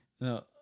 No